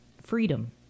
freedom